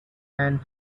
man